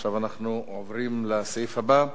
עכשיו אנחנו עוברים לסעיף הבא.